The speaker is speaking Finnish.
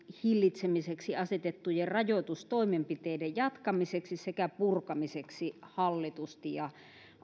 hillitsemiseksi asetettujen rajoitustoimenpiteiden jatkamiseksi sekä purkamiseksi hallitusti ja